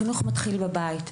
החינוך מתחיל בבית,